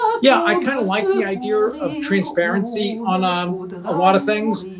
yeah, i kind of like the idea of transparency on on a lot of things,